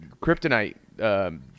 kryptonite